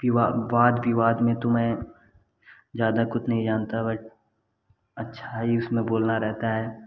बात विवाद में तो मैं ज़्यादा कुछ नहीं जानता बट अच्छा ही उसमें बोलना रहता है